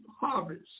harvest